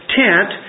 tent